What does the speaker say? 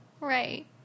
Right